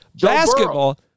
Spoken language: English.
Basketball